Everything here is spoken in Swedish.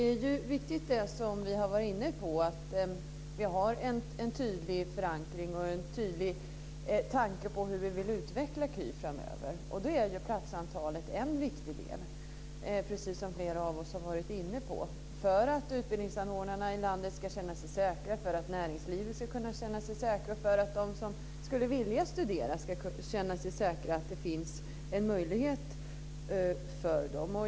Fru talman! Det vi har varit inne på är viktigt, att vi har en tydlig förankring och en tydlig tanke på hur vi vill utveckla KY framöver. Då är platsantalet en viktig del, precis som flera av oss har varit inne på, för att utbildningsanordnarna i landet ska känna sig säkra, för att näringslivet ska kunna känna sig säkert och för att de som skulle vilja studera ska kunna känna sig säkra på att det finns en möjlighet för dem.